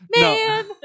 man